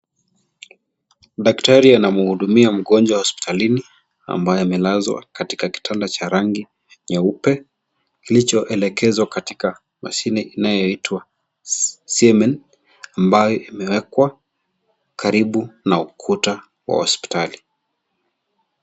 Daktari anamuhudumia mgonjwa hospitalini, ambaye amelazwa katika kitanda cha rangi nyeupe kilichoelekezwa kwenye machine inayoitwa 'Semen', ambayo imewekwa karibu na ukuta wa hospitali.